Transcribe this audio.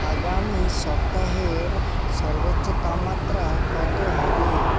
আগামী সপ্তাহের সর্বোচ্চ তাপমাত্রা কত হবে